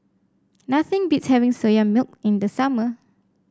nothing beats having Soya Milk in the summer